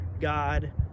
God